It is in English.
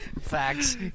Facts